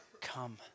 Come